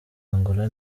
angola